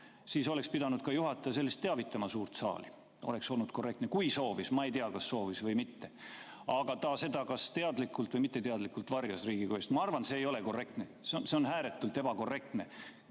siis oleks pidanud ka juhataja sellest teavitama suurt saali, see oleks olnud korrektne, kui soovis. Ma ei tea, kas soovis või mitte. Aga [juhataja] seda kas teadlikult või mitteteadlikult varjas Riigikogu eest. Ma arvan, et see ei ole korrektne, see on ääretult ebakorrektne,